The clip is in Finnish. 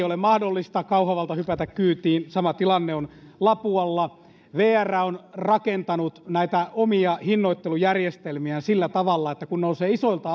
ole mahdollista kauhavalta hypätä kyytiin sama tilanne on lapualla vr on rakentanut näitä omia hinnoittelujärjestelmiään sillä tavalla että kun nousee isoilta